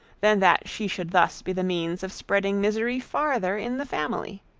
than that she should thus be the means of spreading misery farther in the family